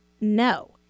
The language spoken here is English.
no